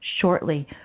shortly